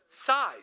size